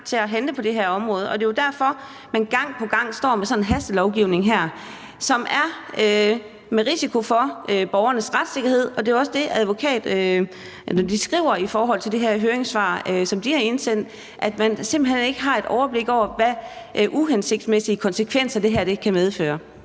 med at handle på det her område, og det er derfor, man gang på gang står med sådan en hastelovgivning her, som er med risiko for borgernes retssikkerhed, og det er jo også det, Danske Advokater skriver i det her høringssvar, som de har indsendt, nemlig at man simpelt hen ikke har et overblik over, hvilke uhensigtsmæssige konsekvenser det her kan medføre.